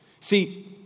See